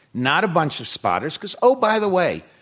not a bunch of spotters, because oh, by the way,